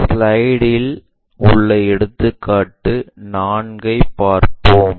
slide இல் உள்ள எடுத்துக்காட்டு 4 ஐ பார்ப்போம்